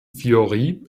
fiori